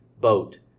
boat